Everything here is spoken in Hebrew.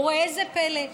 וראה זה פלא,